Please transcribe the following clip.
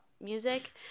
music